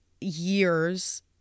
years